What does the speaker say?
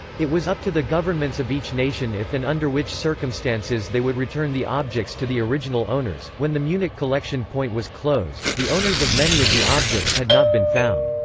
it was up to the governments of each nation if and under which circumstances they would return the objects to the original owners when the munich collection point was closed, the owners of many of the objects had not been found.